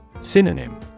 Synonym